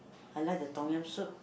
I like the Tom-Yum soup